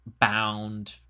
bound